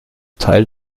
teil